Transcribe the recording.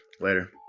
Later